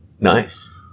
Nice